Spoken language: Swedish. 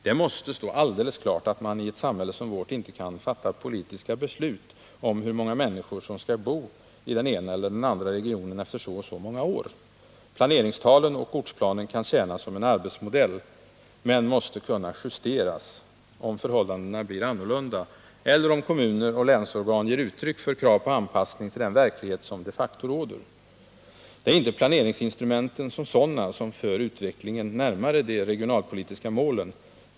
Det måste stå alldeles klart att man i ett samhälle som vårt inte kan fatta politiska beslut om hur många människor som skall bo i den ena eller andra regionen efter så och så många år. Planeringstalen och ortsplanen kan tjäna som en arbetsmodell men måste kunna justeras om förhållandena blir annorlunda eller om kommuner och länsorgan ger uttryck för krav på anpassning till den verklighet som de facto råder. Det är inte planeringsinstrumenten som sådana som för utvecklingen närmare de regionalpolitiska målen.